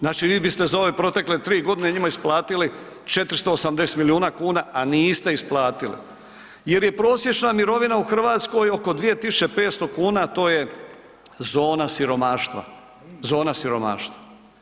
Znači, vi biste za ove protekle 3.g. njima isplatili 480 milijuna kuna, a niste isplatili jer je prosječna mirovina u RH oko 2.500,00 kn, to je zona siromaštva, zona siromaštva.